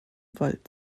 wald